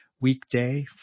weekday